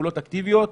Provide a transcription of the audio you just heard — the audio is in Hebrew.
לפעולות אקטיביות.